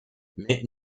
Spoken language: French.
mais